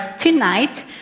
tonight